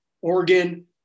oregon